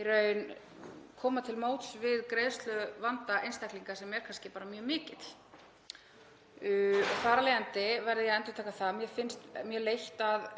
í raun til móts við greiðsluvanda einstaklinga sem er kannski bara mjög mikill. Þar af leiðandi verð ég að endurtaka það að mér finnst mjög leitt að